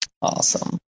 Awesome